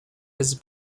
his